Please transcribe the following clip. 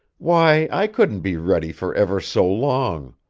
why, i couldn't be ready for ever so long.